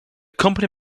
company